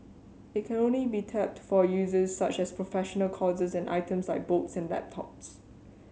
it can only be tapped for uses such as professional courses and items like books and laptops